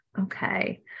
Okay